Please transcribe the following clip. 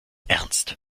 ernst